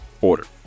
order